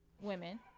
women